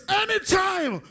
anytime